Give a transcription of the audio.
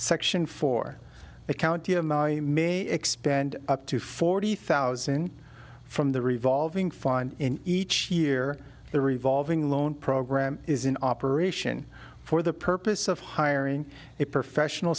section for the county of may expand up to forty thousand from the river find in each year the revolving loan program is in operation for the purpose of hiring a professional